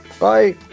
Bye